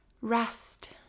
Rest